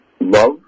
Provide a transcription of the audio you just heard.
love